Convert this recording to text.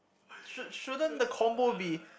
should shouldn't the combo be